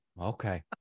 Okay